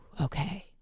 okay